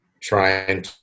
trying